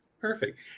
perfect